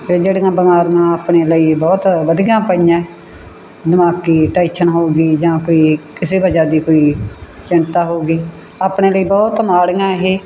ਇਹ ਜਿਹੜੀਆਂ ਬਿਮਾਰੀਆਂ ਆਪਣੇ ਲਈ ਬਹੁਤ ਵਧੀਆ ਪਈਆਂ ਦਿਮਾਗੀ ਟੈਸ਼ਨ ਹੋ ਗਈ ਜਾਂ ਕੋਈ ਕਿਸੇ ਵਜ੍ਹਾ ਦੀ ਕੋਈ ਚਿੰਤਾ ਹੋ ਗਈ ਆਪਣੇ ਲਈ ਬਹੁਤ ਮਾੜੀਆਂ ਇਹ